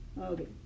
Okay